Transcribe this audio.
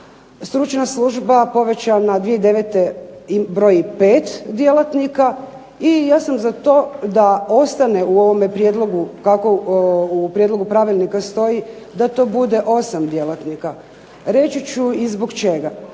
stručna služba povećana i 2009. broji pet djelatnika i ja sam za to da ostane u ovome prijedlogu kako u prijedlogu pravilnika stoji da to bude osam djelatnika. Reći ću i zbog čega.